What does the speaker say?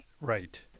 Right